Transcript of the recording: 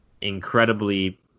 incredibly